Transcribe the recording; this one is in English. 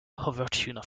overtures